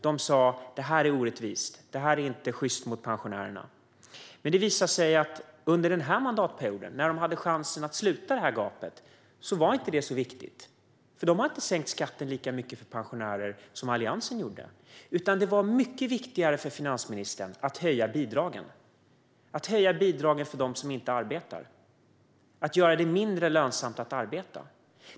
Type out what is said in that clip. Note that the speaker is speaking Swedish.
De sade att det här är orättvist. Det är inte sjyst mot pensionärerna. Men det visade sig att under den här mandatperioden, när de hade chansen att sluta detta gap, var inte det så viktigt. De har inte sänkt skatten för pensionärer lika mycket som Alliansen gjorde. Det var mycket viktigare för finansministern att höja bidragen - att höja bidragen för dem som inte arbetar och göra det mindre lönsamt att arbeta.